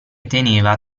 teneva